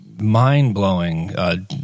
mind-blowing